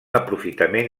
aprofitament